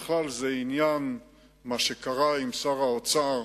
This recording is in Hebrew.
בכלל, מה שקרה עם שר האוצר,